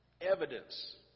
evidence